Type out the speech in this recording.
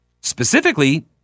Specifically